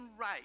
right